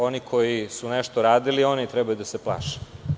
Oni koji su nešto radili, oni treba da se plaše.